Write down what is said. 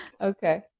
Okay